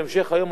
בהמשך היום,